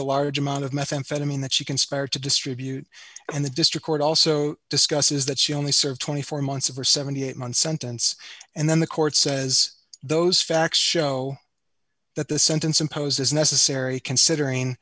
the large amount of methamphetamine that she conspired to distribute and the district court also discusses that she only served twenty four months of her seventy eight month sentence and then the court says those facts show that the sentence imposed is necessary considering